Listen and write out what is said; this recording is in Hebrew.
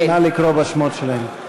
נא לקרוא בשמות שלהם.